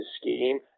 scheme